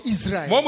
Israel